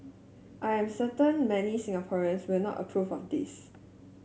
I am certain many Singaporeans will not approve of this